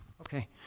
Okay